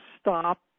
stop